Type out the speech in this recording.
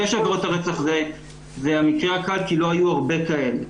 שעבירות הרצח זה המקרה הקל כי לא היו הרבה כאלה,